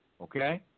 Okay